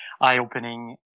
eye-opening